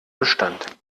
bestand